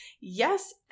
Yes